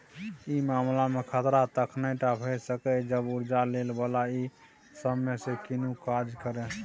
ई मामला में खतरा तखने टा भेय सकेए जब कर्जा लै बला ई सब में से कुनु काज करे